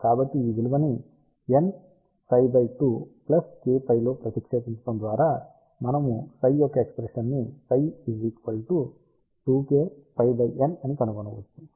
కాబట్టి ఈ విలువని nψ 2 ± k π లో ప్రతిక్షేపించటం ద్వారా మనము ψ యొక్క ఎక్ష్ప్రెషన్ ని ψ2kπn అని కనుగొనవచ్చు